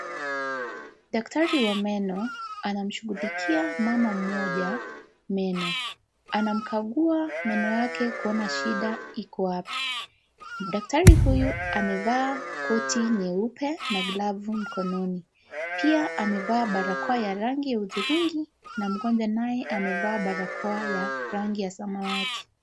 Daktari wa meno anamshughulikia mama mmoja meno, anamkagua meno yake kuona shida iko wapi. Daktari huyu amevaa koti nyeupe na glavu mkononi , pia amevaa barakoa ya rangi hudhurungi na mgonjwa amevaa barakoa ya rangi ya samawati.